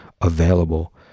available